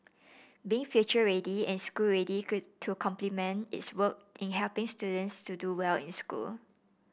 being future ready and school ready could to complement its work in helping students to do well in school